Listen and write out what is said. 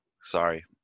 Sorry